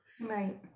right